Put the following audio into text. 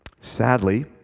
Sadly